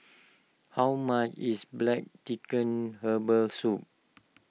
how much is Black Chicken Herbal Soup